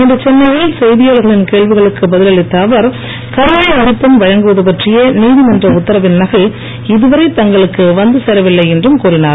இன்று சென்னையில் செய்தியாளர்களின் கேள்விகளுக்கு பதில் அளித்த அவர் கருணை மதிப்பெண் வழங்குவது பற்றிய நீதிமன்ற உத்தரவின் நகல் இதுவரை தங்களுக்கு வந்துசேரவில்லை என கூறினார்